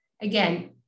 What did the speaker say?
again